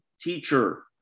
teacher